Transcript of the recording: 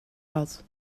had